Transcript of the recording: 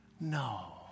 No